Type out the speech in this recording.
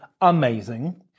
amazing